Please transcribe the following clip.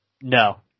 No